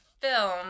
film